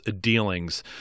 dealings